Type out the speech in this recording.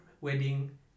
wedding